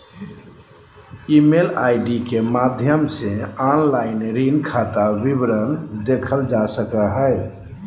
email ID के माध्यम से ऑनलाइन ऋण खाता विवरण देखल जा सको हय